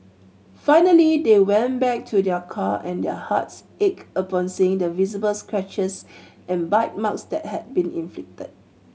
finally they went back to their car and their hearts ached upon seeing the visible scratches and bite marks that had been inflicted